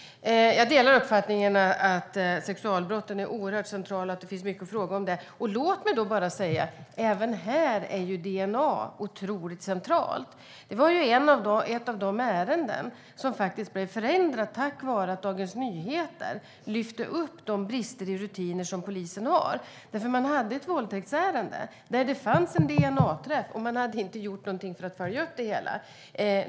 Jag delar uppfattningen att sexualbrotten är oerhört centrala och att det finns mycket att fråga om dem. Låt mig då bara säga att även här är DNA otroligt centralt. Det var ett av de ärenden som blev förändrat tack vare att Dagens Nyheter lyfte upp de brister i rutiner som polisen har. Man hade ett våldtäktsärende där det fanns en DNA-träff, och man hade inte gjort någonting för att följa upp det hela.